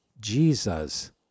Jesus